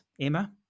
Emma